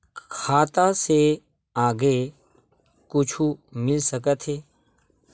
खाता से आगे कुछु मिल सकथे?